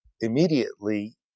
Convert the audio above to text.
immediately